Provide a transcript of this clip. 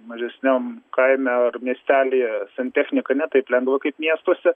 mažesniam kaime ar miestelyje santechniką ne taip lengva kaip miestuose